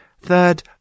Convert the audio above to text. Third